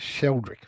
Sheldrick